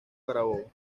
carabobo